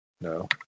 No